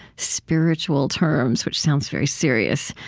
spiritual terms, which sounds very serious,